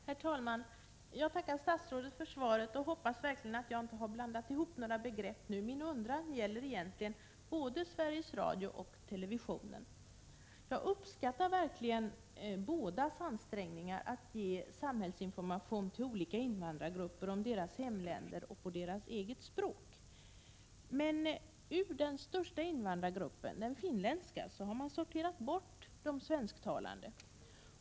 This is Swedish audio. Herr talman! Jag tackar statsrådet för svaret och hoppas verkligen att jag inte har blandat ihop några begrepp nu. Min undran gäller egentligen både Sveriges Radio och televisionen. Jag uppskattar verkligen bådas ansträngningar att ge samhällsinformation till olika invandrargrupper om deras hemländer och på deras eget språk. Men ur den största invandrargruppen, den finländska, har man sorterat bort de svensktalande.